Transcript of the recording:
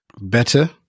better